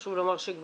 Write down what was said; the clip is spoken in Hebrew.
חשוב לומר שגם